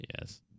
Yes